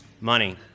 Money